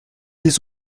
des